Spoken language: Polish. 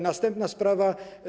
Następna sprawa.